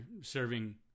serving